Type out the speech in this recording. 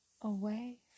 away